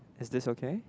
is this okay